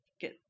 get